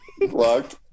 Locked